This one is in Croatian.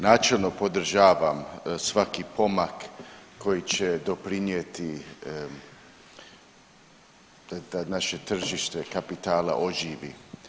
Načelno podržavam svaki pomak koji će doprinijeti da naše tržište kapitala oživi.